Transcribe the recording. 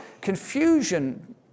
confusion